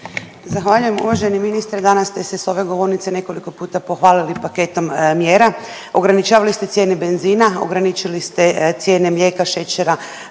Zahvaljujem. Uvaženi ministre danas ste se sa ove govornice nekoliko puta pohvalili paketom mjera, ograničavali ste cijene benzina, ograničili ste cijene mlijeka, šećera,